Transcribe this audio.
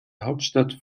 hauptstadt